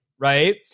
Right